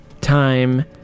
time